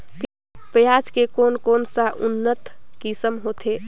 पियाज के कोन कोन सा उन्नत किसम होथे?